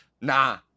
Nah